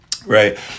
Right